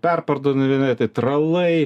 perpardavinėtojai tralai